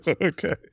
Okay